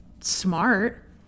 smart